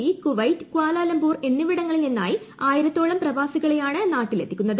E Kuwait Kuala Lumpur എന്നിവിടങ്ങളിൽ നിന്നായി ആയിരത്തോളം പ്രവാസികളെയാണ് നാട്ടിലെത്തിക്കുന്നത്